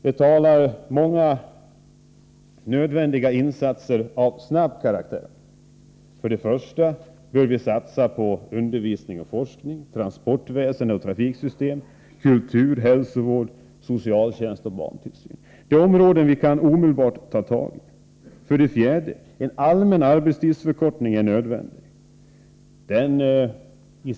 Det krävs många insatser av snabb karaktär. Först och främst bör man satsa på undervisning och forskning, transportväsende och trafiksystem samt kultur, hälsovård, socialtjänst och barntillsyn. Det är områden som vi omedelbart kan ta tag i. För det fjärde: En allmän arbetstidsförkortning är nödvändig.